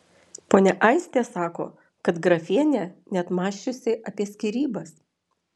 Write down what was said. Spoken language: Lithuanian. ponia aistė sako kad grafienė net mąsčiusi apie skyrybas